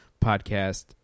podcast